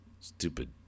Stupid